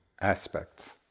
aspects